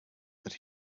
that